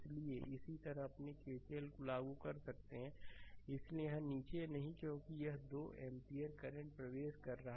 इसलिए इसी तरहअपने KCL को लागू कर सकते हैं इसलिए यहां नीचे नहीं क्योंकि यह 2 एम्पीयर करंट प्रवेश कर रहा है